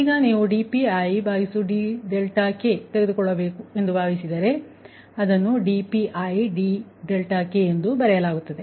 ಈಗ ನೀವು dPidkತೆಗೆದುಕೊಳ್ಳಬೇಕು ಎಂದು ಭಾವಿಸಿದರೆ ಅವರು dPidkಎಂದು ಬರೆಯುತ್ತಾರೆ